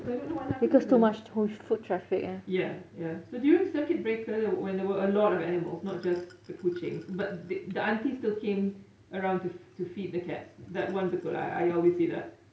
so I don't know what happened to them ya ya so during circuit breaker when there were a lot of animals not just the kucing but the aunties still came around to feed the cats that one betul I always see that